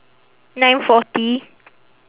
nine forty